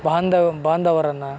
ಬಾಂಧವ್ಯ ಬಾಂಧವರನ್ನು